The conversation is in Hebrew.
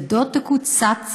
ידו תקוצץ